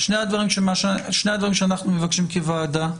שני הדברים שאנחנו מבקשים כוועדה הם,